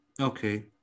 Okay